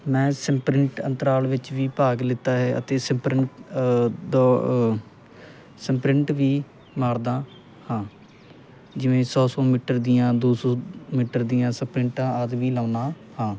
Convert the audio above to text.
ਮੈਂ ਸਪ੍ਰਿੰਟ ਅੰਤਰਾਲ ਵਿੱਚ ਵੀ ਭਾਗ ਲਿੱਤਾ ਹੈ ਅਤੇ ਸਪ੍ਰਿੰ ਦਾ ਸਪ੍ਰਿੰਟ ਵੀ ਮਾਰਦਾ ਹਾਂ ਜਿਵੇਂ ਸੌ ਸੌ ਮੀਟਰ ਦੀਆਂ ਦੋ ਸੌ ਮੀਟਰ ਦੀਆਂ ਸਪ੍ਰਿੰਟਾਂ ਆਦਿ ਵੀ ਲਾਉਂਦਾ ਹਾਂ